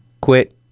quit